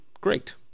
great